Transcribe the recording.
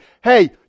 hey